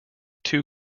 two